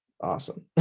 Awesome